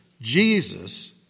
Jesus